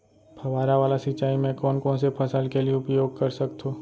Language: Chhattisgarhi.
फवारा वाला सिंचाई मैं कोन कोन से फसल के लिए उपयोग कर सकथो?